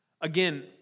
Again